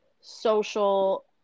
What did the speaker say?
social